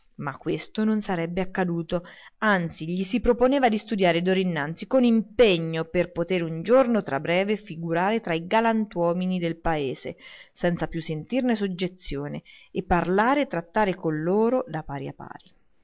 ma questo non sarebbe accaduto anzi egli si proponeva di studiare d'ora innanzi con impegno per potere un giorno tra breve figurare tra i galantuomini del paese senza più sentirne soggezione e parlare e trattare con loro da pari a pari